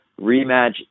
rematch